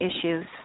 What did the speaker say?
issues